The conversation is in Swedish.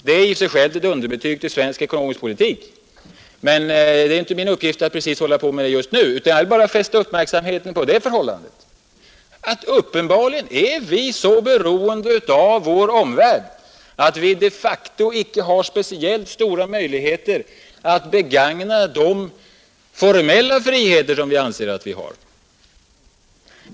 Det är i sig självt ett underbetyg för svensk ekonomisk politik, men det är inte min uppgift att diskutera det just nu, utan jag vill fästa uppmärksamheten på det förhållandet att vi uppenbarligen är så beroende av vår omvärld, att vi de facto inte har speciellt stora möjligheter att begagna de formella friheter som vi anser att vi har.